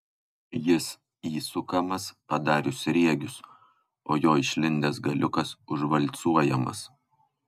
jis įsukamas padarius sriegius o jo išlindęs galiukas užvalcuojamas